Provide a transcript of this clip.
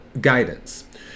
guidance